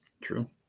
True